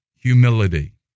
humility